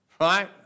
Right